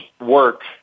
work